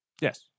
Yes